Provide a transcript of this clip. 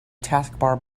taskbar